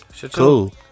Cool